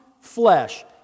flesh